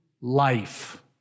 life